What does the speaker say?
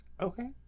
Okay